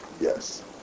Yes